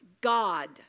god